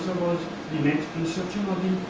was the next instruction